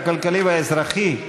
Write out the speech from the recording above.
הכלכלי והאזרחי,